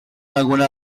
alguna